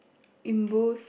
in both